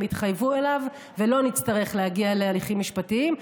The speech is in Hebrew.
התחייבו אליו ושלא נצטרך להגיע להליכים משפטיים,